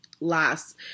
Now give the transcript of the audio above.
last